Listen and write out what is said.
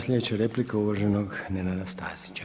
Sljedeća replika uvaženog Nenada Stazića.